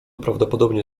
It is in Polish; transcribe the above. prawdopodobnie